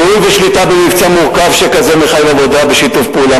ניהול ושליטה במבצע מורכבים כאלה מחייבים עבודה בשיתוף פעולה